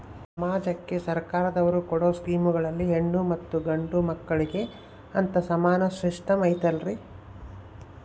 ಸಮಾಜಕ್ಕೆ ಸರ್ಕಾರದವರು ಕೊಡೊ ಸ್ಕೇಮುಗಳಲ್ಲಿ ಹೆಣ್ಣು ಮತ್ತಾ ಗಂಡು ಮಕ್ಕಳಿಗೆ ಅಂತಾ ಸಮಾನ ಸಿಸ್ಟಮ್ ಐತಲ್ರಿ?